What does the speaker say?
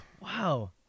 Wow